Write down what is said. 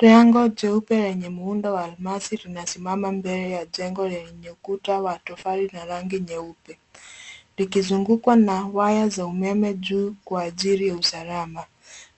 Jengo jeupe lenye mundo wa almasi linasimama mbele ya jengo lenye kuta wa tofali na rangi nyeupe, likizungukwa na waya za umeme juu kwa ajili ya usalama.